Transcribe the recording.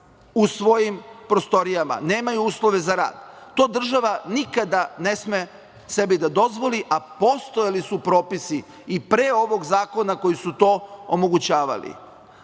u svojim prostorijama, da nemaju uslove za rad? To država nikada ne sme sebi da dozvoli. A postojali su propisi i pre ovog zakona koji su to omogućavali. Drugi